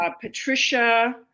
Patricia